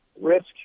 risk